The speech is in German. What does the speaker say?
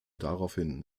daraufhin